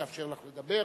לאפשר לך לדבר.